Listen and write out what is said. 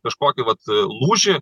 kažkokį vat lūžį